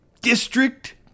District